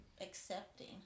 accepting